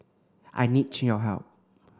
I need your help